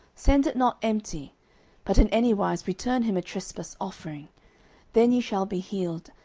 send it not empty but in any wise return him a trespass offering then ye shall be healed,